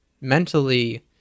mentally